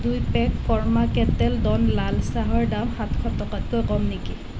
দুই পেক কৰ্মা কেটেল ড'ন লাল চাহৰ দাম সাতশ টকাতকৈ কম নেকি